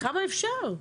כמה אפשר?